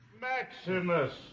Maximus